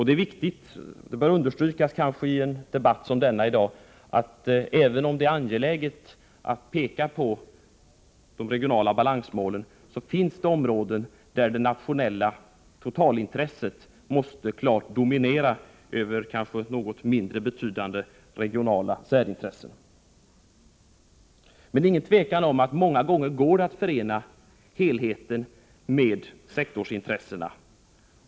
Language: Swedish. Det kanske bör understrykas i en debatt som denna i dag att det, även om det är angeläget att peka på de regionala balansmålen, finns områden där det nationella totalintresset måste klart dominera över något kanske mindre betydande regionalt särintresse. Men det är ingen tvekan om att det många gånger går att förena helheten med sektorsintressena.